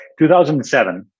2007